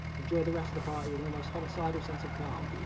enjoyed the rest of the party with an almost homicidal sense of calm.